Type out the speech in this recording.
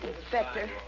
Inspector